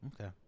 Okay